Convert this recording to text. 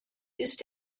ist